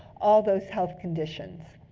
all those health conditions.